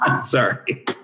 Sorry